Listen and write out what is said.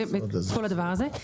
וכל הדבר הזה,